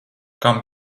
kam